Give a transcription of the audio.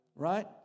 Right